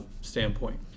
standpoint